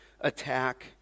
attack